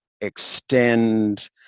extend